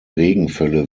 regenfälle